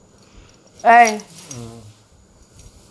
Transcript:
mm